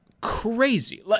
crazy